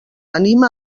anima